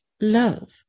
Love